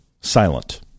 silent